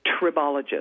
tribologist